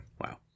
Wow